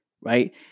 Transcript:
right